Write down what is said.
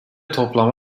toplam